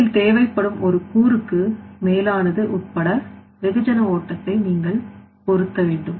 உலகில் தேவைப்படும் ஒரு கூறுக்கு மேலானது உட்பட வெகுஜன ஓட்டத்தை நீங்கள் பொருத்த வேண்டும்